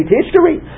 history